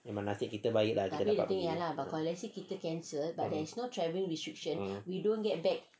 memang nasib kita baik lah kita dapat pergi